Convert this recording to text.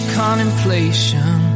contemplation